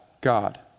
God